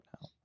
now